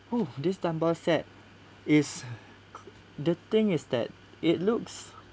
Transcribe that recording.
oh this dumbbell set is the thing is that it looks